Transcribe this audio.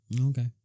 okay